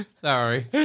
Sorry